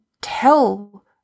tell